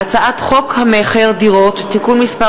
הצעת חוק המכר (דירות) (תיקון מס'